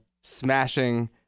smashing